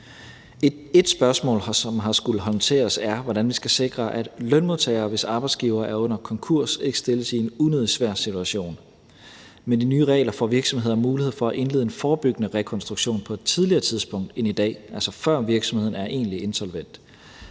Et spørgsmål, som har skullet håndteres, er, hvordan vi skal sikre, at lønmodtagere, hvis arbejdsgivere er under konkurs, ikke stilles i en unødig svær situation. Med de nye regler får virksomheder mulighed for at indlede en forebyggende rekonstruktion på et tidligere tidspunkt end i dag, altså før virksomheden er egentlig insolvent.